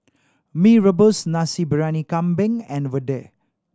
Mee Rebus Nasi Briyani Kambing and vadai